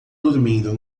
dormindo